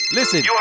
listen